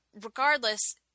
regardless